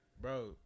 bro